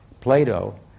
Plato